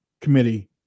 committee